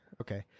Okay